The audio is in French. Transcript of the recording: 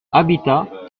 habitat